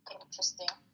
interesting